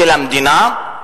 של המדינה,